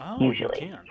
usually